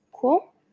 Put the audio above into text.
cool